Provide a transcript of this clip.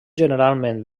generalment